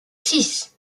six